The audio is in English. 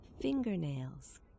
fingernails